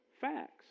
facts